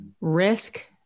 risk